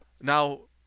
Now